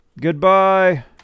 goodbye